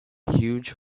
huge